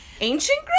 Ancient